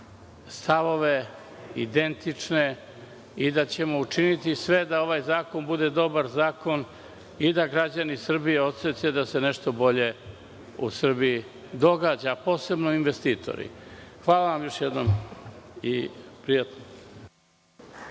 stavove, identične, i da ćemo učiniti sve da ovaj zakon bude dobar i da građani Srbije osete da se nešto bolje u Srbiji događa, posebno investitori. Još vam se zahvaljujem.